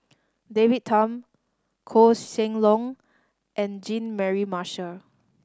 David Tham Koh Seng Leong and Jean Mary Marshall